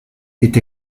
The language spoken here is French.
est